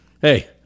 hey